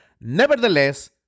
Nevertheless